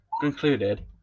Concluded